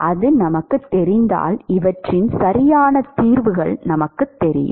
அது நமக்குத் தெரிந்தால் இவற்றின் சரியான தீர்வுகள் நமக்குத் தெரியும்